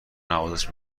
نوازش